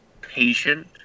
patient